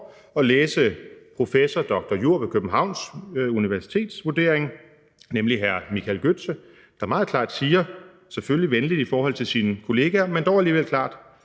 og læse professor dr. jur. ved Københavns Universitet hr. Michael Gøtzes vurdering, der meget klart siger – selvfølgelig venligt i forhold til sine kollegaer, men dog alligevel klart: